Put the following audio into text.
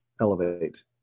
Elevate